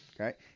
okay